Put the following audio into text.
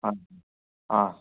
অঁ অঁ